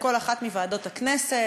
וכל אחת מוועדות הכנסת,